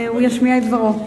והוא ישמיע את דברו.